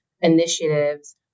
initiatives